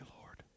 Lord